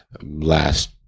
last